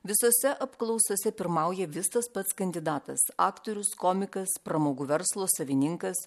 visose apklausose pirmauja vis tas pats kandidatas aktorius komikas pramogų verslo savininkas